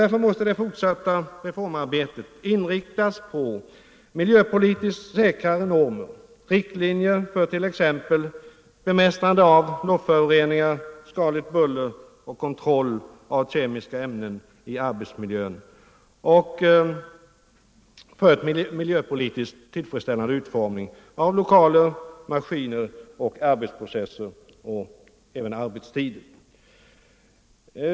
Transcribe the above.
Därför måste det fortsatta reformarbetet inriktas på miljöpolitiskt säkrare normer, riktlinjer för t.ex. bemästrande av luftföroreningar, skadligt buller och kontroll av kemiska ämnen i arbetsmiljön och för en miljöpolitiskt tillfredsställande utformning av lokaler, maskiner, arbetsprocesser och även arbetstider.